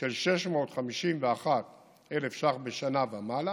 של 651,000 ש"ח בשנה ומעלה